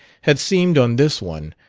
had seemed, on this one,